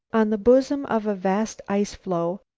on the bosom of a vast ice-floe,